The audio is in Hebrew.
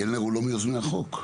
קלנר הוא לא מיוזמי החוק.